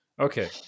Okay